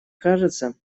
кажется